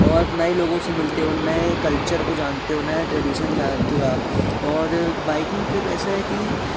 और नए लोगों से मिलते हो नए कल्चर को जानते हो नए ट्रेडिशन जानते हो आप और बाइकिंग ट्रिप ऐसा है कि